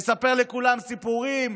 מספר לכולם סיפורים.